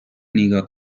نیگا